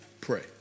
pray